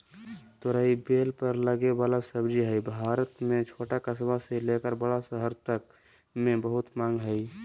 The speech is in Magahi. तोरई बेल पर लगे वला सब्जी हई, भारत में छोट कस्बा से लेकर बड़ा शहर तक मे बहुत मांग हई